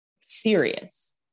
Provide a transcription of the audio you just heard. serious